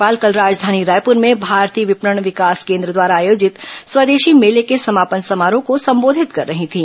राज्यपाल कल राजधानी रायप्र में भारतीय विपणन विकास केन्द्र द्वारा आयोजित स्वदेशी मेले के समापन समारोह को संबोधित कर रही थी